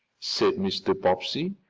said mr. bobbsey,